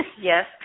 Yes